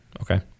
okay